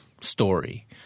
story